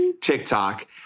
TikTok